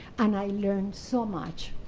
and i learned so much.